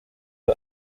qui